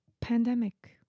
pandemic